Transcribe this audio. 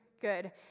good